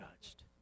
judged